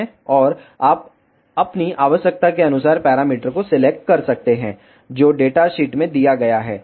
और आप अपनी आवश्यकता के अनुसार पैरामीटर को सिलेक्ट कर सकते हैं जो डेटा शीट में दिया गया है